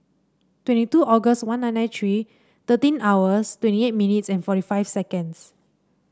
twenty two August one nine nine three thirteen hours twenty eight minutes and forty five seconds